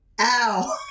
Ow